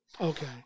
okay